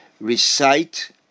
recite